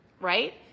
right